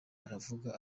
aravuga